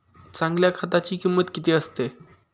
चांगल्या खताची किंमत किती असते?